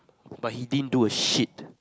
but he din do a shit